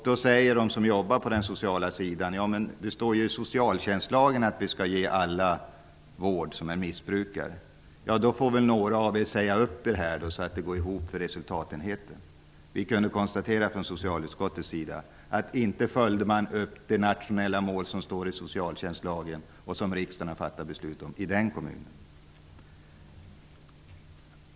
De som jobbar på den sociala sidan sade att det står i socialtjänstlagen att man skall ge alla missbrukare vård. Svaret lydde: Då får väl några av er säga upp sig, så att det går ihop för resultatenheten. Vi kunde från socialutskottets sida konstatera att man inte följde upp det nationella mål som finns i socialtjänstlagen och som riksdagen har fattat beslutet om i den kommunen.